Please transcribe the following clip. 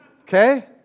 Okay